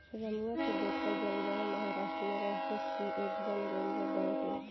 रमुआ के बेटा जलगांव महाराष्ट्र में रह के सी.ए बन गईल बा बैंक में